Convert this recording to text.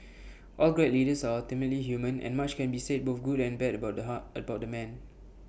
all great leaders are ultimately human and much can be said both good and bad about the heart about the man